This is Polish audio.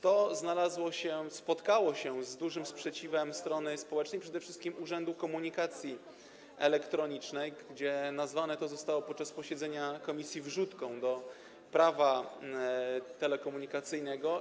To spotkało się z dużym sprzeciwem strony społecznej, przede wszystkim Urzędu Komunikacji Elektronicznej, gdzie nazwane to zostało podczas posiedzenia komisji wrzutką do Prawa telekomunikacyjnego.